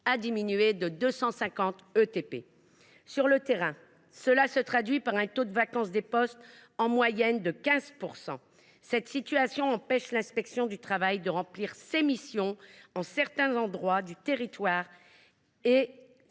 baisser de 250 ETP. Sur le terrain, cela se traduit par un taux de vacance des postes en moyenne de 15 %. Cette situation empêche l’inspection du travail de remplir ses missions en certains endroits du territoire,